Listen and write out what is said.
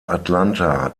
atlanta